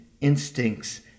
instincts